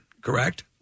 Correct